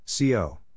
CO